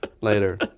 later